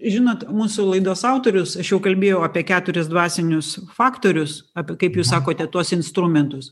žinot mūsų laidos autorius aš jau kalbėjau apie keturis dvasinius faktorius apie kaip jūs sakote tuos instrumentus